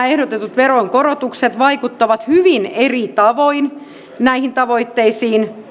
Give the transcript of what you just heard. ehdotetut veronkorotukset vaikuttavat hyvin eri tavoin näihin tavoitteisiin